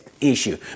issue